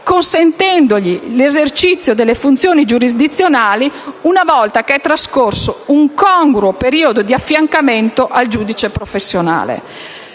consentendogli l'esercizio delle funzioni giurisdizionali una volta trascorso un congruo periodo di affiancamento al giudice professionale.